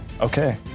Okay